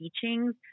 teachings